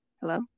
Hello